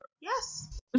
Yes